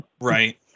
Right